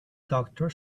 doctor